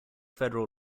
federal